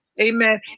Amen